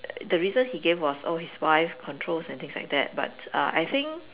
uh the reason he gave was oh his wife controls and things like that but uh I think